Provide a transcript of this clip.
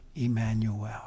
Emmanuel